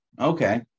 Okay